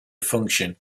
function